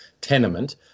tenement